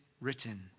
written